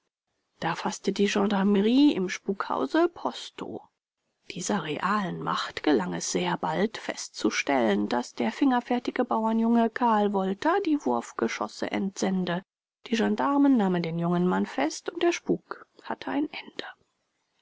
da faßte die gendarmerie im spukhause posto dieser realen macht gelang es sehr bald festzustellen daß der fingerfertige bauernjunge karl wolter die wurfgeschosse entsende die gendarmen nahmen den jungen mann fest und der spuk hatte ein ende